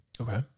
okay